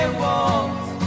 walls